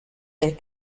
del